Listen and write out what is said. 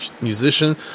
musician